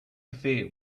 affair